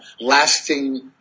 lasting